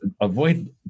avoid